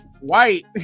White